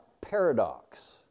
paradox